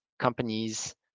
companies